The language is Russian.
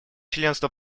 членство